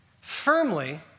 firmly